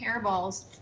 hairballs